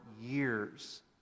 years